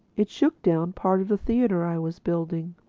it shook down part of the theatre i was building.